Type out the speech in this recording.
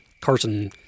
Carson